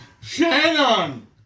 Shannon